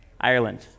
Ireland